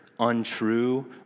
untrue